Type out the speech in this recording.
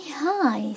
hi